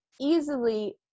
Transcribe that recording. easily